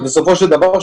שבסופו של דבר,